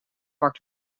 bakt